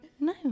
no